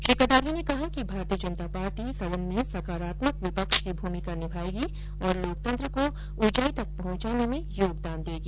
श्री कटारिया ने कहा कि भारतीय जनता पार्टी सदन में सकारात्मक विपक्ष की भूमिका निभायेगी और लोकतंत्र को उंचाई तक पहंचाने में योगदान देगी